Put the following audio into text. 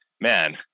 man